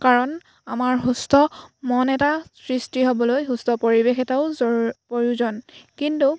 কাৰণ আমাৰ সুস্থ মন এটা সৃষ্টি হ'বলৈ সুস্থ পৰিৱেশ এটাও জৰুৰী প্ৰয়োজন কিন্তু